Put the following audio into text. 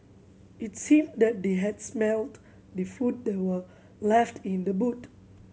it seemed that they had smelt the food that were left in the boot